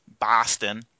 Boston